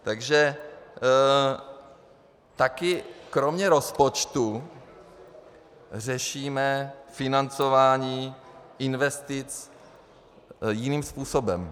Takže také kromě rozpočtu řešíme financování investic jiným způsobem.